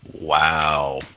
Wow